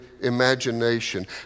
imagination